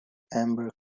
amber